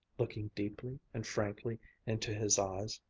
looking deeply and frankly into his eyes.